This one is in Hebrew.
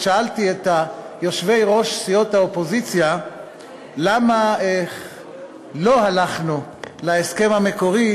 שאלתי את יושבי-ראש סיעות האופוזיציה למה לא הלכנו להסכם המקורי